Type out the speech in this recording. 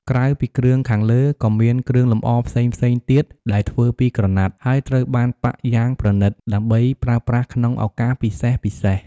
ក្រៅពីគ្រឿងខាងលើ ក៏មានគ្រឿងលម្អផ្សេងៗទៀតដែលធ្វើពីក្រណាត់ ហើយត្រូវបានប៉ាក់យ៉ាងប្រណិត ដើម្បីប្រើប្រាស់ក្នុងឱកាសពិសេសៗ។